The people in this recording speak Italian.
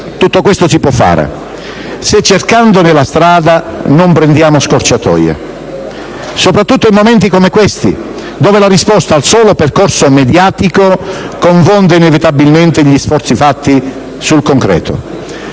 tutto questo si può fare se, cercandone la strada, non prendiamo scorciatoie, soprattutto in momenti come questi dove la risposta al solo percorso mediatico confonde inevitabilmente gli sforzi fatti sul concreto.